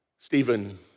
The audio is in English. Stephen